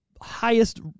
highest